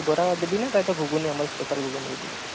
ଖାଲି ବରା ଦେବି ନା ତାସହିତ ଗୁଗୁନି ଆମର ସ୍ପେସିଆଲ୍ ଗୁଗୁନି ବି ଦେବି